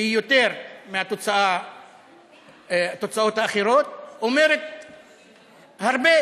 שהיא יותר מהתוצאות האחרות, אומרת הרבה,